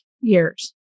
years